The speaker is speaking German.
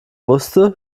wusste